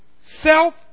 Self